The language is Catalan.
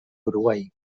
uruguai